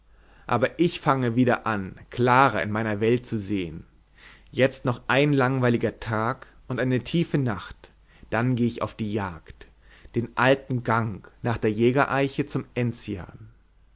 aber ich fange wieder an klarer in meiner welt zu sehen jetzt noch ein langweiliger tag und eine tiefe nacht dann gehe ich auf jagd den alten gang nach der jägereiche zum